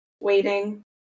waiting